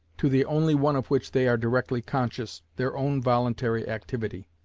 to the only one of which they are directly conscious, their own voluntary activity.